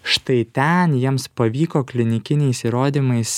štai ten jiems pavyko klinikiniais įrodymais